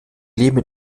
leben